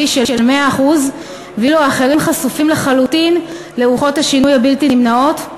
של 100% ואילו האחרים חשופים לחלוטין לרוחות השינוי הבלתי-נמנעות?